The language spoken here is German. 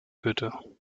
güter